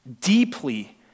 Deeply